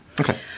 Okay